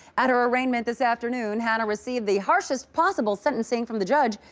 at her arraignment this afternoon, hannah received the harshest possible sentencing from the judge.